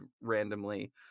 randomly